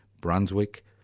Brunswick